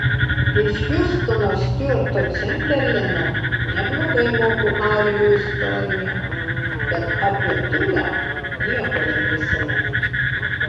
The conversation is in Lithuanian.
iš hiustono stiuarto čemberleno neblogai moku arijų istoriją bet apie tulę nieko neprisimenu